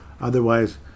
Otherwise